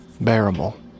bearable